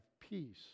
peace